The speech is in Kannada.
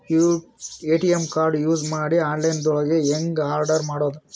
ಎ.ಟಿ.ಎಂ ಕಾರ್ಡ್ ಯೂಸ್ ಮಾಡಿ ಆನ್ಲೈನ್ ದೊಳಗೆ ಹೆಂಗ್ ಆರ್ಡರ್ ಮಾಡುದು?